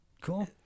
Cool